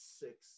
six